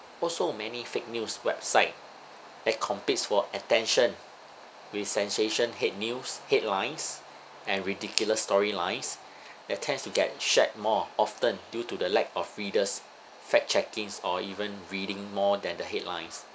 also many fake news website that competes for attention with sensation head news headlines and ridiculous storylines that tends to get shared more often due to the lack of readers' fact checkings or even reading more than the headlines